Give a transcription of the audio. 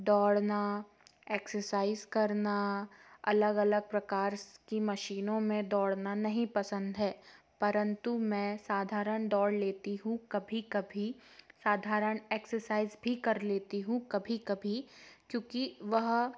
दौड़ना एक्सरसाइज़ करना अलग अलग प्रकार की मशीनों में दौड़ना नहीं पसंद है परंतु मैं साधारण दौड़ लेती हूँ कभी कभी साधारण एक्सरसाइज़ भी कर लेती हूँ कभी कभी क्योंकि वह